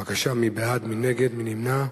בבקשה, מי בעד, מי נגד, מי נמנע?